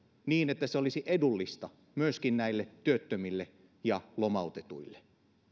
niin että se olisi edullista myöskin näille työttömille ja lomautetuille